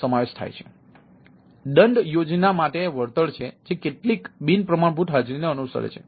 તેથી દંડ યોજના માટે વળતર છે જે કેટલીક બિનપ્રમાણભૂત હાજરીને અનુસરે છે